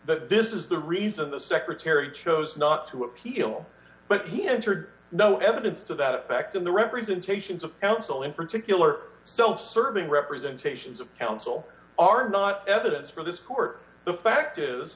that this is the reason the secretary chose not to appeal but he answered no evidence to that effect in the representations of counsel in particular so serving representations of counsel are not evidence for this court the fact is